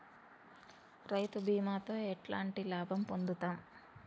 రైతు బీమాతో ఎట్లాంటి లాభం పొందుతం?